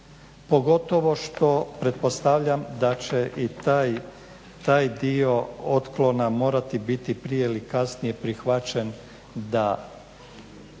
pogotovo što pretpostavljam da će i taj dio otklona morati biti prije ili kasnije prihvaćen da